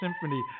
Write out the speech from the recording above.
symphony